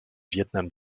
vietnam